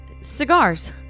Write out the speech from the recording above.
cigars